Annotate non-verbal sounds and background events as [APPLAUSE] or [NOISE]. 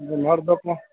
हरदम [UNINTELLIGIBLE]